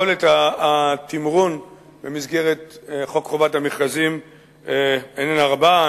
יכולת התמרון במסגרת חוק חובת המכרזים אינה רבה.